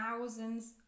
thousands